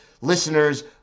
listeners